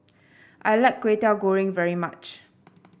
I like Kway Teow Goreng very much